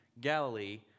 Galilee